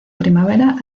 primavera